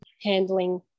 handling